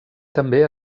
també